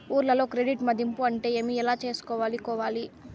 ఊర్లలో క్రెడిట్ మధింపు అంటే ఏమి? ఎలా చేసుకోవాలి కోవాలి?